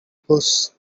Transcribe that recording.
bush